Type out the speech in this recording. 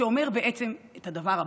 שאומר את הדבר הבא: